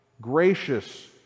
gracious